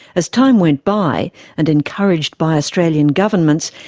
as time went by and encouraged by australian governments,